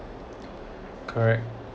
correct